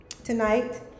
tonight